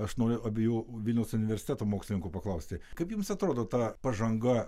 aš noriu abiejų vilniaus universiteto mokslininkų paklausti kaip jums atrodo ta pažanga